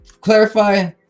clarify